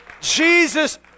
Jesus